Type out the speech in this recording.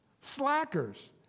slackers